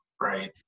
right